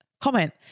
comment